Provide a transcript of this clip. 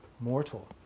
mortal